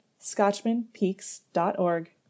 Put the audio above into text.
scotchmanpeaks.org